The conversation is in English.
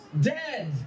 dead